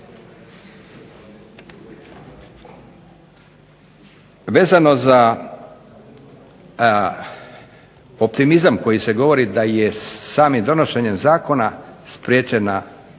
Vezano za optimizam koji se govori da je samim donošenjem zakona spriječena